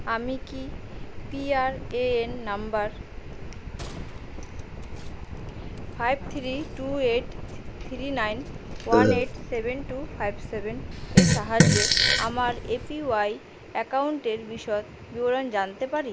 আমি কি P R A N number five three two eight three nine one eight seven two five seven এর সাহায্যে আমার A P Y অ্যাকাউন্টের বিশদ বিবরণ জানতে পারি